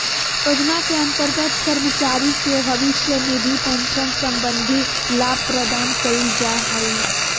योजना के अंतर्गत कर्मचारी के भविष्य निधि पेंशन संबंधी लाभ प्रदान कइल जा हइ